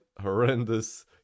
horrendous